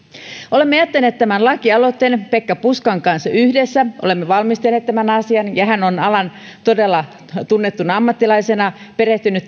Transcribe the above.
olemme jättäneet tämän lakialoitteen pekka puskan kanssa yhdessä olemme valmistelleet tämän asian ja hän on alan todella tunnettuna ammattilaisena perehtynyt